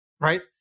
right